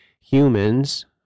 humans